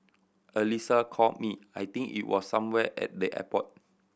Alyssa called me I think it was somewhere at the airport